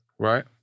Right